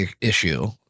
issue